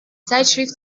zeitschrift